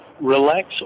relax